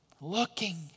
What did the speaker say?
looking